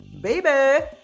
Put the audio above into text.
baby